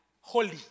holy